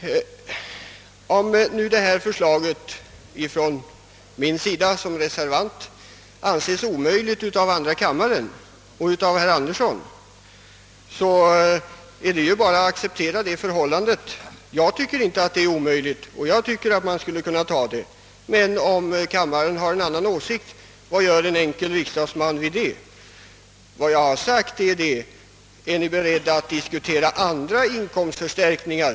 Om nu det förslag jag väckt som reservant anses omöjligt av andra kammaren och av herr Anderson i Sundsvall, är det bara att acceptera det förhållandet. Jag tycker inte att det är omöjligt, utan jag tycker att man skulle kunna ta det. Men om kammaren har en annan åsikt, vad gör en enkel riksdagsman åt det? Jag har frågat om ni är beredda att diskutera andra inkomstförstärkningar.